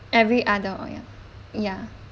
every other oh ya ya